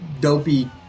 dopey